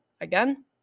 again